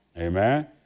Amen